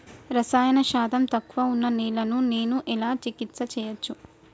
రసాయన శాతం తక్కువ ఉన్న నేలను నేను ఎలా చికిత్స చేయచ్చు?